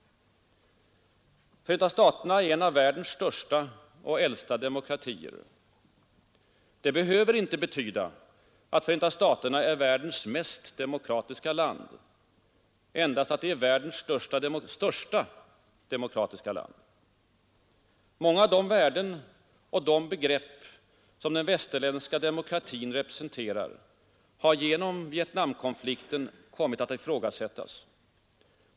Förenta staterna är en av världens största demokratier. Det betyder inte att USA är världens mest demokratiska land, utan endast att det är världens största demokratiska land. Många av de värden och de begrepp som den västerländska demokratin representerar har genom Vietnamkonflikten kommit att ifrågasättas.